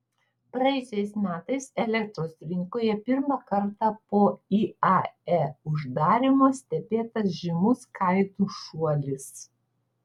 praėjusiais metais elektros rinkoje pirmą kartą po iae uždarymo stebėtas žymus kainų šuolis